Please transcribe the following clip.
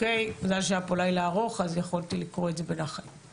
מזל שהיה כאן לילה ארוך ולכן יכולתי לקרוא את זה לפני הישיבה.